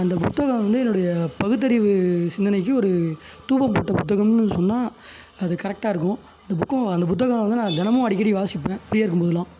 அந்த புத்தகம் வந்து என்னுடையப் பகுத்தறிவு சிந்தனைக்கு ஒரு தூவம் போட்ட புத்தகம்னு சொன்னால் அது கரெக்டாக இருக்கும் அந்த புக்கும் அந்த புத்தகம் வந்து நான் தினமும் அடிக்கடி வாசிப்பேன் ஃப்ரீயாக இருக்கும்போதுலாம்